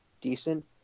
decent